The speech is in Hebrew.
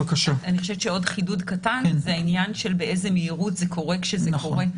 עוד חידוד קטן זה העניין של באיזו מהירות זה קורה כשזה קורה,